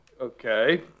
Okay